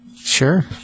sure